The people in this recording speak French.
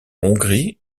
hongrie